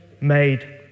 made